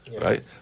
right